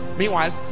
meanwhile